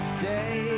stay